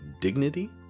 dignity